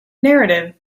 narrative